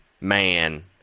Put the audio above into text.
man